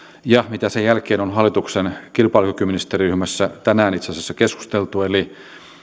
ja mitä sen jälkeen on hallituksen kilpailukykyministeriryhmässä tänään itse asiassa keskusteltu eli